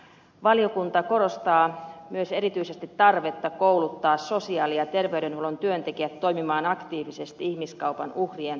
valiokunta korostaa myös erityisesti tarvetta kouluttaa sosiaali ja terveydenhuollon työntekijät toimimaan aktiivisesti ihmiskaupan uhrien tunnistamiseksi ja auttamiseksi